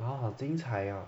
!wow! 好精彩啊